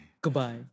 goodbye